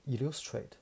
illustrate